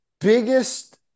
biggest